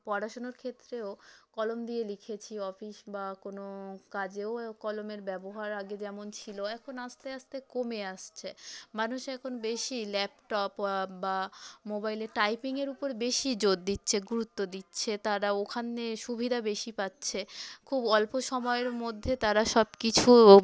পড়াশুনোর ক্ষেত্রেও কলম দিয়ে লিখেছি অফিস বা কোনো কাজেও কলমের ব্যবহার আগে যেমন ছিল এখন আস্তে আস্তে কমে আসছে মানুষ এখন বেশি ল্যাপটপ বা মোবাইলের টাইপিংয়ের উপর বেশি জোর দিচ্ছে গুরুত্ব দিচ্ছে তারা ওখানে সুবিধা বেশি পাচ্ছে খুব অল্প সময়ের মধ্যে তারা সব কিছু